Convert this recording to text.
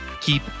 keep